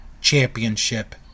championship